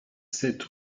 sept